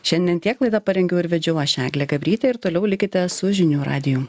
šiandien tiek laidą parengiau ir vedžiau aš eglė gabrytė ir toliau likite su žinių radiju